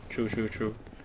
true true true